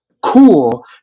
cool